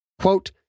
Quote